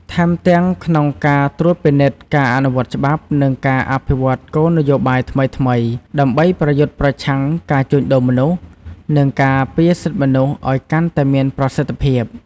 ថែមទាំងក្នុងការត្រួតពិនិត្យការអនុវត្តច្បាប់ និងការអភិវឌ្ឍគោលនយោបាយថ្មីៗ ដើម្បីប្រយុទ្ធប្រឆាំងការជួញដូរមនុស្ស និងការពារសិទ្ធិមនុស្សឲ្យកាន់តែមានប្រសិទ្ធភាព។